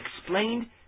Explained